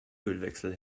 ölwechsel